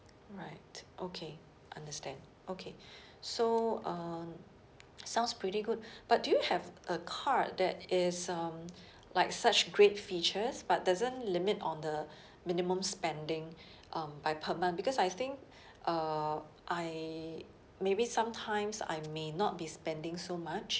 alright okay understand okay so on sounds pretty good but do you have a card that is um like such great features but doesn't limit on the minimum spending um by per month because I think uh I maybe sometimes I may not be spending so much